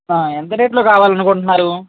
ఎంత రేట్లో కావాలనుకుంటున్నారు